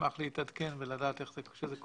נשמח להתעדכן ולדעת איך זה קורה.